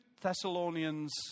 Thessalonians